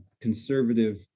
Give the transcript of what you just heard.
conservative